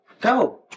Go